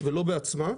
ולא בעצמה.